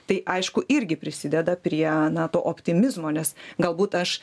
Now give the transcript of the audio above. tai aišku irgi prisideda prie na to optimizmo nes galbūt aš